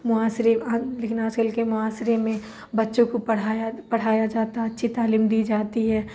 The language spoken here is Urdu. معاشرے لیکن آج کل کے معاشرے میں بچوں کو پڑھایا پڑھایا جاتا اچھی تعلیم دی جاتی ہے